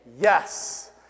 yes